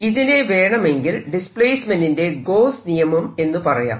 ഇതിനെ വേണമെങ്കിൽ ഡിസ്പ്ലേസ്മെന്റിന്റെ ഗോസ്സ് നിയമം Gauss's law എന്ന് പറയാം